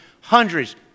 hundreds